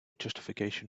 justification